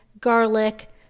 garlic